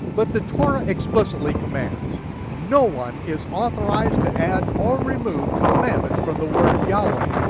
but the torah explicitly commands no one is authorized to add or remove commandments from the word of yahweh.